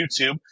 YouTube